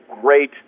great